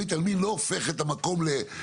בית עלמין לא הופך את המקום למגדלים